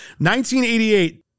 1988